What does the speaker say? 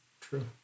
True